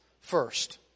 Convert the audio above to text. first